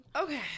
Okay